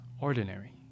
ordinary